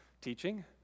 teaching